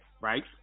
right